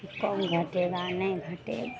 कि कौन घटेगा नहीं घटेगा